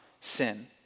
sin